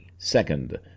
Second